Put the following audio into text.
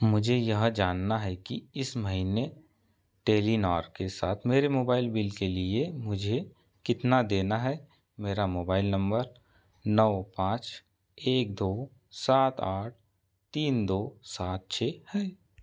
मुझे यह जानना है कि इस महीने टेलीनॉर के साथ मेरे मोबाइल बिल के लिए मुझे कितना देना है मेरा मोबाइल नंबर नौ पाँच एक दो सात आठ तीन दो सात छः है